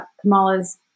Kamala's